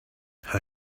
how